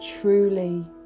truly